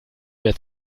mehr